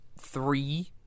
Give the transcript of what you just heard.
three